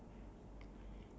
a taxi